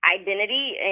identity